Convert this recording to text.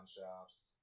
shops